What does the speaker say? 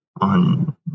On